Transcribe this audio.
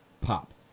pop